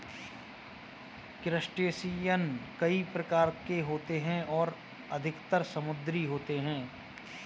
crustacean कई प्रकार के होते हैं और अधिकतर समुद्री होते हैं